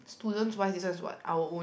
students wise this one is what our own